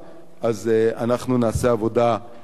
אנחנו נעשה עבודה אמיתית,